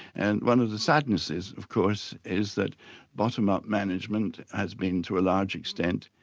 and one of the sadnesses, of course, is that bottom-up management has been to a large extent,